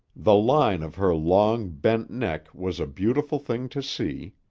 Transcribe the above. the line of her long, bent neck was a beautiful thing to see.